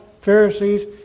Pharisees